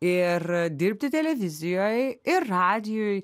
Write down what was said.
ir dirbti televizijoj ir radijuj